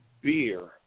beer